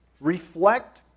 reflect